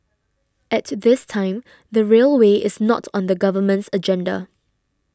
at this time the railway is not on the government's agenda